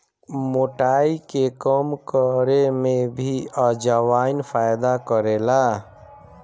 मोटाई के कम करे में भी अजवाईन फायदा करेला